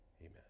Amen